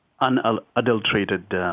Unadulterated